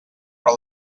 però